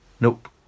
Nope